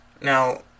Now